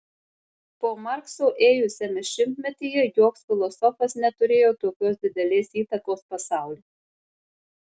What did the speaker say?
po markso ėjusiame šimtmetyje joks filosofas neturėjo tokios didelės įtakos pasauliui